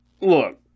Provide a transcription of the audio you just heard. Look